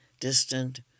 Distant